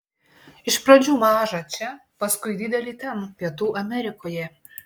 iš pradžių mažą čia paskui didelį ten pietų amerikoje